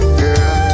girl